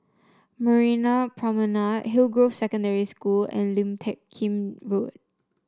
Marina Promenade Hillgrove Secondary School and Lim Teck Kim Road